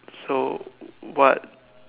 so what